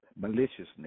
maliciousness